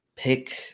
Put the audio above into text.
Pick